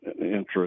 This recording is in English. interest